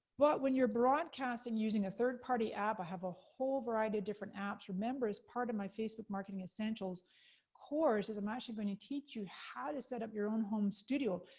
but when you're broadcasting using a third-party app, i have a whole variety of different apps, remember as part of my facebook marketing essentials course, is i'm actually gonna teach you how to set up your own home studio.